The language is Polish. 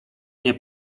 nie